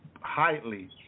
highly